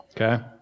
Okay